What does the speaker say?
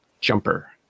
jumper